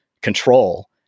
control